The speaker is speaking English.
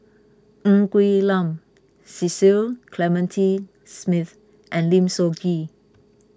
Ng Quee Lam Cecil Clementi Smith and Lim Soo Ngee